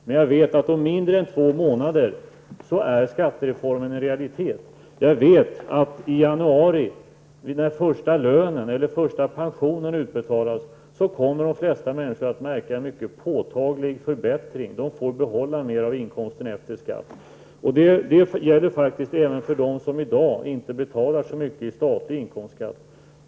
Men jag vet att skattereformen är en realitet om mindre om två månader. Jag vet att när den första lönen eller pensionen betalas ut i januari, kommer de flesta människor att upptäcka en ganska påtaglig förbättring. De får behålla mer av inkomsten efter skatt. Detta gäller också för dem som i dag inte betalar så mycket i statlig inkomstskatt.